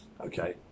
okay